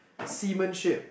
seamanship